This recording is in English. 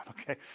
okay